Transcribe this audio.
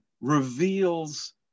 Reveals